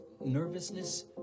nervousness